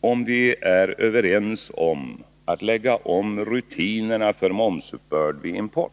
om vi är överens om att lägga om rutinerna för momsuppbörd vid import.